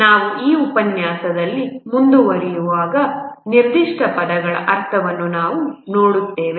ನಾವು ಈ ಉಪನ್ಯಾಸದಲ್ಲಿ ಮುಂದುವರಿಯುವಾಗ ನಿರ್ದಿಷ್ಟ ಪದಗಳ ಅರ್ಥವನ್ನು ನಾವು ನೋಡುತ್ತೇವೆ